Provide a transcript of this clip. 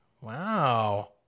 Wow